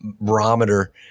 barometer